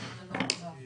הישיבה ננעלה בשעה